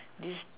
this